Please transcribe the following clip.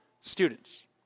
students